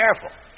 Careful